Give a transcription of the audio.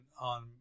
On